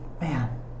Man